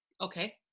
Okay